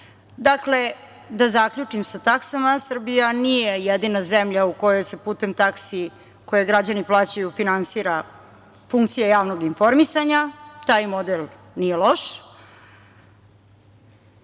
da zaključim, sa taksama Srbija nije jedina zemlja u kojoj se putem taksi koje građani plaćaju finansira funkcija javnog informisanja. Taj model nije loš,